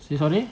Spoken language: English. say sorry